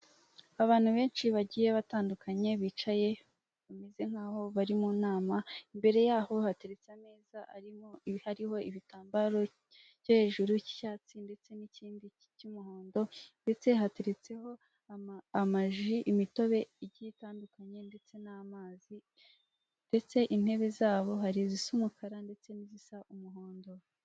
Abantu benshi bagiye batandukanye, bicaye bameze nk'aho bari mu nama, imbere yaho hateretse ameza arimo hariho ibitambaro cyo hejuru y'icyatsi ndetse n'ikindi cy'umuhondo ndetse hateretseho amaji, imitobe igiye itandukanye ndetse n'amazi ndetse intebe zabo hari izisa umukara ndetse n'izisa umuhondo.